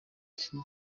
iki